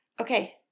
Okay